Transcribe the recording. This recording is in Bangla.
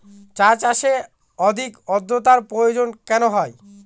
চা চাষে অধিক আদ্রর্তার প্রয়োজন কেন হয়?